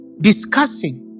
discussing